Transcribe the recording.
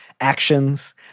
actions